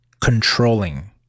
controlling